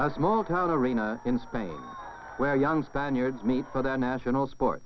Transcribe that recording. the small town arena in spain where young spaniards meet for their national sport